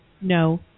no